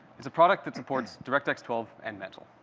it's a product that supports directx twelve and mantle.